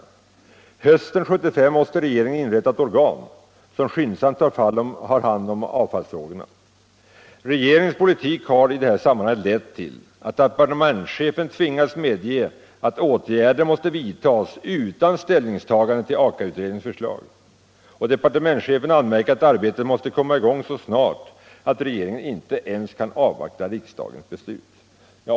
Hösten 1975 måste regeringen inrätta ett organ som skyndsamt tar hand om avfallsfrågorna. Regeringens politik har lett till att departementschefen tvingas medge att åtgärder vidtas utan hänsyn till Aka-utredningens förslag, och han anmärker att arbetet måste komma i gång så snart att regeringen inte ens kan avvakta riksdagens beslut.